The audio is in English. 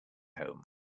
home